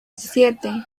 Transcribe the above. siete